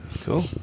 Cool